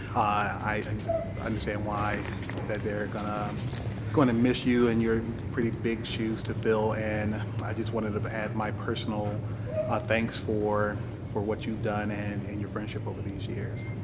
i and and understand why that they're gonna going to miss you and your pretty big shoes to fill, and i just wanted to add my personal ah thanks for for what you've done and and your friendship over these years.